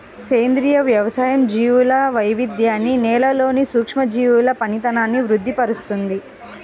సేంద్రియ వ్యవసాయం జీవుల వైవిధ్యాన్ని, నేలలోని సూక్ష్మజీవుల పనితనాన్ని వృద్ది పరుస్తుంది